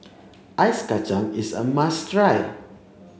ice Kacang is a must try